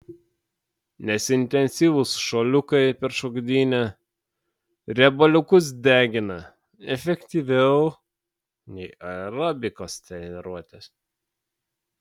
nes intensyvūs šuoliukai per šokdynę riebaliukus degina efektyviau nei aerobikos treniruotės